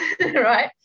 right